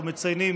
אנחנו מציינים